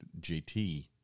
JT